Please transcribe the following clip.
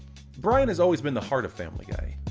brian has always been the heart of family guy.